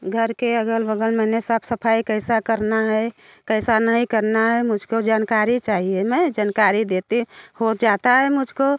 घर के अग़ल बग़ल मैंने साफ़ सफ़ाई कैसे करना है कैसे नहीं करना है मुझ को जानकारी चाहिए मैं जानकारी देते हो जाता है मुझ को